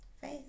Faith